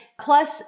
plus